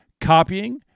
copying